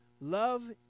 love